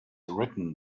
written